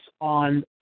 on